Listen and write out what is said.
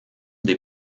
des